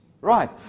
Right